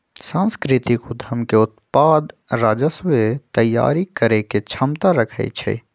सांस्कृतिक उद्यम के उत्पाद राजस्व तइयारी करेके क्षमता रखइ छै